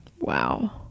Wow